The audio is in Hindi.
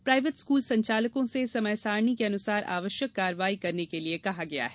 प्राइवेट स्कूल संचालकों से समय सारणी के अनुसार आवश्यक कार्यवाही करने के लिए कहा गया है